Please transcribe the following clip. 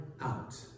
out